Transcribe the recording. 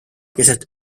keset